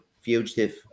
Fugitive